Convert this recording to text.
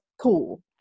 cool